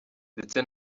ndetse